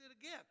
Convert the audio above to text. again